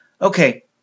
Okay